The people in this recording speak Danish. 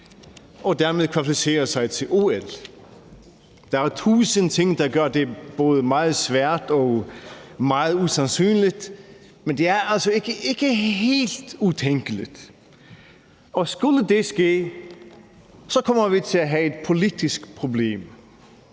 kvalificere sig til OL. Der er tusind ting, der gør, at det både er meget svært og meget usandsynligt, men det er altså ikke helt utænkeligt. Og skulle det ske, kommer vi til at have et politisk problem,